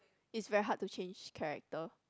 is very hard to change character